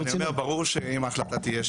ברור שאם ההחלטה תהיה,